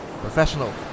professional